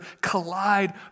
collide